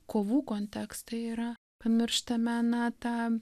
kovų kontekste yra pamirštame na tą